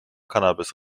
cannabis